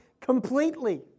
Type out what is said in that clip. completely